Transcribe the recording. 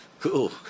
Cool